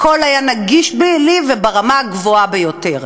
הכול היה נגיש לי וברמה הגבוהה ביותר.